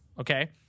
okay